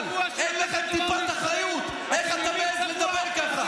אין לכם טיפת אחריות, איך אתה מעז לדבר ככה?